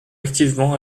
activement